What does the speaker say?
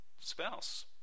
spouse